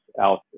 out